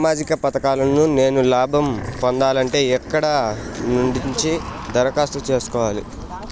సామాజిక పథకాలను నేను లాభం పొందాలంటే ఎక్కడ నుంచి దరఖాస్తు సేసుకోవాలి?